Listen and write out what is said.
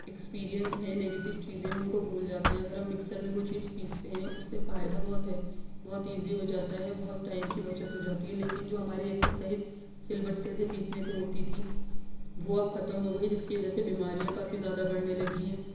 experience ہے negative چیزیں ہیں اُن کو بھول جاتے ہیں اگر ہم مکسر میں کوئی چیز پیستے ہیں اُس سے فائدہ بہت ہے بہت ایزی ہو جاتا ہے بہت ٹائم کی بچت ہو جاتی ہے لیکن جو ہماری ایکساسائز سل بٹے سے پیسنے پہ ہوتی تھی وہ اب ختم ہو گئی جس کی وجہ سے بیماریاں کافی زیادہ بڑھنے لگی ہیں